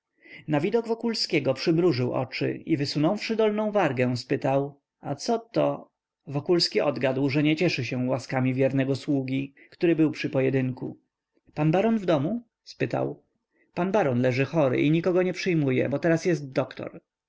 na widok wokulskiego przymrużył oczy i wysunąwszy dolną wargę spytał a coto wokulski odgadł że nie cieszy się łaskami wiernego sługi który był przy pojedynku pan baron w domu spytał pan baron leży chory i nikogo nie przyjmuje bo teraz jest doktor